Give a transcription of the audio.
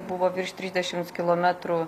buvo virš trisdešimts kilometrų